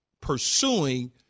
pursuing